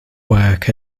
work